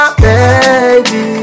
baby